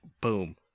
boom